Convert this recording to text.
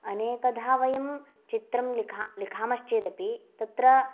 अनेकधा वयं चित्रं लिख लिखामश्चेदपि तत्र